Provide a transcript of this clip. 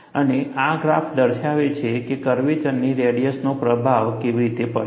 અને આ ગ્રાફ દર્શાવે છે કે કર્વેચરની રેડિયસનો પ્રભાવ કેવી રીતે પડે છે